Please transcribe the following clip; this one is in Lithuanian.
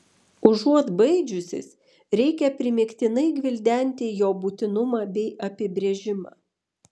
užuot baidžiusis reikia primygtinai gvildenti jo būtinumą bei apibrėžimą